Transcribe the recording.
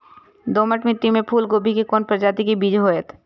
दोमट मिट्टी में फूल गोभी के कोन प्रजाति के बीज होयत?